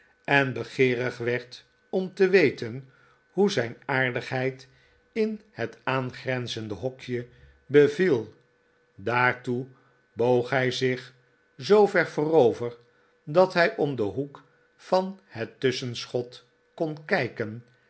en begeerig werd om te weten hoe zijn aardigheid in h'fet aangrenzeride nokje be viel daartoe boog hi zich zopyer voorover dat hij om den hoek van het tusschenschot kon kijken